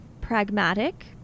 pragmatic